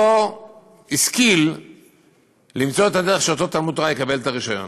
לא השכיל למצוא את הדרך שאותו תלמוד-תורה יקבל את הרישיון,